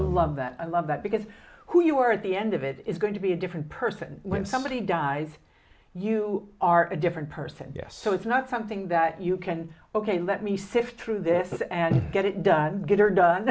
love that i love that because who you are at the end of it is going to be a different person when somebody dies you are a different person yes so it's not something that you can ok let me sift through this and get it done get er done